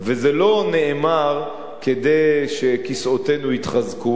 זה לא נאמר כדי שכיסאותינו יתחזקו,